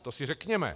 To si řekněme.